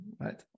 right